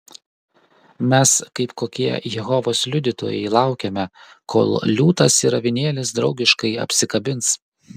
mes kaip kokie jehovos liudytojai laukiame kol liūtas ir avinėlis draugiškai apsikabins